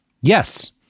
Yes